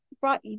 brought